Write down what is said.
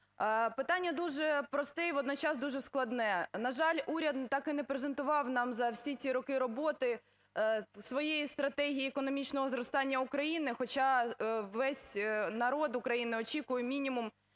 Питання дуже просте і водночас дуже складне. На жаль, уряд так і не презентував нам за всі ці роки роботи своєї стратегії економічного зростання України, хоча весь народ України очікує мінімум